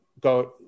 go